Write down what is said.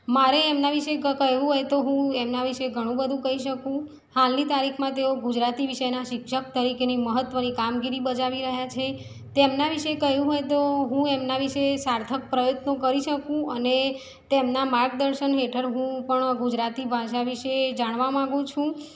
મારે એમના વિશે ક કહેવું હોય તો હું એમનાં વિશે ઘણું બધું કહી શકું હાલની તારીખમાં તેઓ ગુજરાતી વિષયનાં શિક્ષક તરીકેની મહત્ત્વની કામગીરી બજાવી રહ્યાં છે તેમનાં વિશે કહેવું હોય તો હું એમનાં વિશે સાર્થક પ્રયત્નો કરી શકું અને તેમનાં માર્ગદર્શન હેઠળ હું પણ ગુજરાતી ભાષા વિશે જાણવા માગું છું